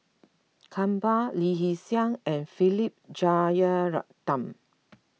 Kumar Lee Hee Seng and Philip Jeyaretnam